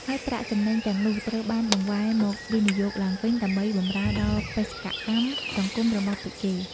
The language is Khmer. ហើយប្រាក់ចំណេញទាំងនោះត្រូវបានបង្វែរមកវិនិយោគឡើងវិញ ដើម្បីបម្រើដល់បេសកកម្មសង្គមរបស់ពួកគេ ។